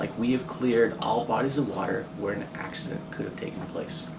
like we have cleared all bodies of water where an accident could've taken place.